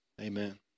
Amen